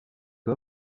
des